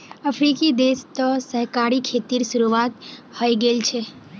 अफ्रीकी देश तो सहकारी खेतीर शुरुआत हइ गेल छ